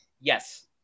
Yes